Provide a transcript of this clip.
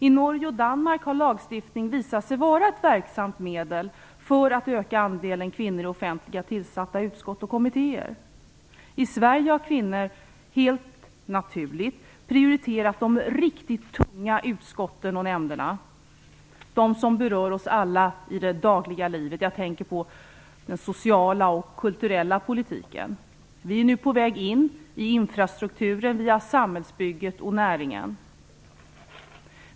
I Norge och Danmark har lagstiftning visat sig vara ett verksamt medel för att öka andelen kvinnor i offentligt tillsatta utskott och kommittéer. I Sverige har kvinnor helt naturligt prioriterat de riktigt tunga utskotten och nämnderna - de som berör oss alla i det dagliga livet. Jag tänker på den sociala och kulturella politiken. Vi är nu på väg in i infrastrukturen via samhällsbygget och näringen.